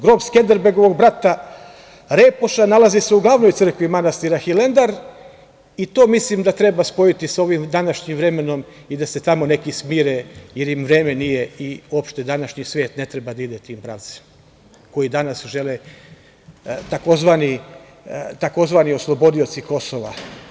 Grob Skenderbegovog brata Repoša nalazi se u glavnoj crkvi manastira Hilandar, i to mislim da treba spojiti sa ovim današnjim vremenom i da se tamo neki smire, jer im vreme nije i opšte današnji svet ne treba da ide tim pravcem koji danas žele tzv. oslobodioci Kosova.